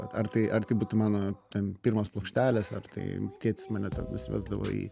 ar tai ar tai būtų mano ten pirmos plokštelės ar tai tėtis mane ten nusivesdavo į